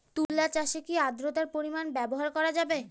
তুলা চাষে কি আদ্রর্তার পরিমাণ ব্যবহার করা যাবে?